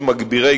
רעש),